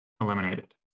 eliminated